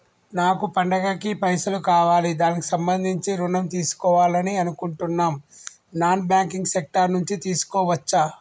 నాకు పండగ కి పైసలు కావాలి దానికి సంబంధించి ఋణం తీసుకోవాలని అనుకుంటున్నం నాన్ బ్యాంకింగ్ సెక్టార్ నుంచి తీసుకోవచ్చా?